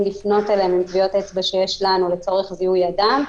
לפנות אליהם עם טביעות אצבע שיש לנו לצורך זיהוי אדם.